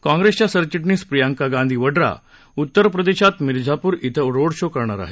काँग्रेसच्या सरचिटणीस प्रियांका गांधी वडरा उत्तर प्रदेशात मिरझापूर क्रि रोड शो करणार आहेत